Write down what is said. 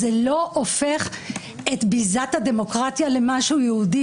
זה לא הופך את ביזת הדמוקרטיה למשהו יהודי.